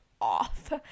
off